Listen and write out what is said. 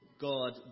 god